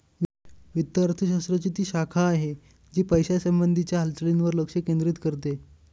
वित्त अर्थशास्त्र ची ती शाखा आहे, जी पैशासंबंधी च्या हालचालींवर लक्ष केंद्रित करते